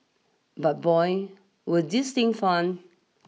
but boy were these thing fun